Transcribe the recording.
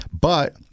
But-